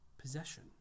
possession